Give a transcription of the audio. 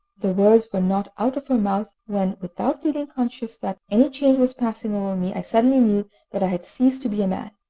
the words were not out of her mouth when, without feeling conscious that any change was passing over me, i suddenly knew that i had ceased to be a man.